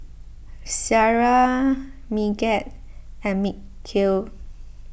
Syirah Megat and Mikhail